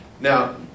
Now